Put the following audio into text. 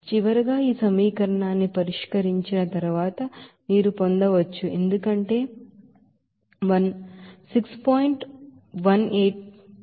చివరగా ఈ సమీకరణాన్ని పరిష్కరించిన తరువాత మీరు పొందవచ్చు ఎందుకంటే 1 6